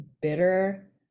bitter